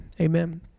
amen